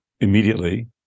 immediately